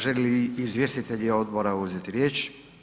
Žele li izvjestitelji odbora uzeti riječ?